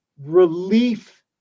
relief